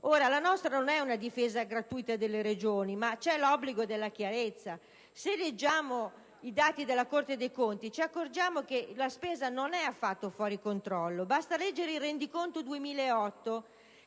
Ora, la nostra non è una difesa gratuita delle Regioni, ma c'è l'obbligo della chiarezza. Se leggiamo i dati della Corte dei conti ci accorgiamo che la spesa non è affatto fuori controllo. Basta leggere il rendiconto 2008